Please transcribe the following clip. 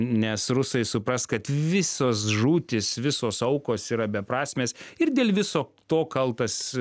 nes rusai supras kad visos žūtys visos aukos yra beprasmės ir dėl viso to kaltas